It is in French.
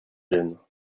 jeunes